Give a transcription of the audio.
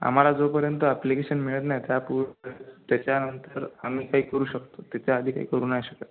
आम्हाला जोपर्यंत अप्लिकेशन मिळत नाही त्यापु त्याच्यानंतर आम्ही काही करू शकतो त्याच्या आधी आम्ही काही करू नाही शकत